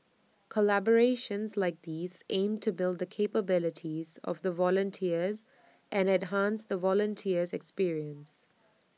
collaborations like these aim to build the capabilities of the volunteers and enhance the volunteer experience